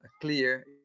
clear